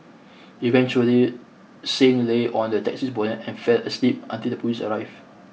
eventually Singh lay on the taxi's bonnet and fell asleep until the police arrived